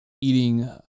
eating